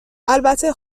البته